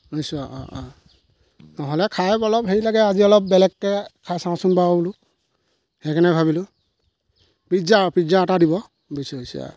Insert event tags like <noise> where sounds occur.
<unintelligible> অ' অ' অ' নহ'লে খাই অলপ হেৰি লাগে আজি অলপ বেলেগকৈ খাই চাওঁচোন বাৰু বুলো সেইকাৰণে ভাবিলো পিজ্জা অ' পিজ্জা এটা দিব বেছি হৈছে